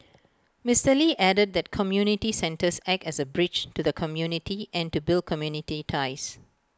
Mister lee added that community centers act as A bridge to the community and to build community ties